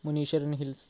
Muneeswaran hills